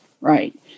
right